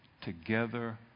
together